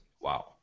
Wow